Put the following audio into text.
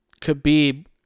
Khabib